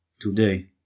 today